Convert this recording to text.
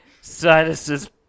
Sinuses